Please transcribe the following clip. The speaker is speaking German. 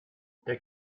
der